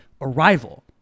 Arrival